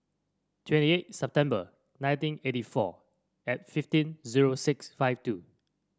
twenty eight September nineteen eighty four and fifteen zero six five two